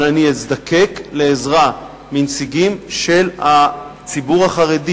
אבל אני אזדקק לעזרה מנציגים של הציבור החרדי